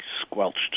squelched